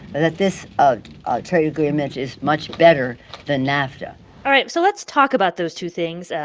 that this ah ah trade agreement is much better than nafta all right. so let's talk about those two things,